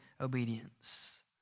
obedience